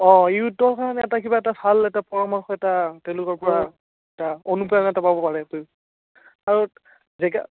অ' ইয়ুথৰ কাৰণে এটা কিবা এটা ভাল এটা পৰামৰ্শ এটা তেওঁলোকৰ পৰা এটা অনুপ্ৰেৰণা এটা পাব পাৰে আৰু জেগা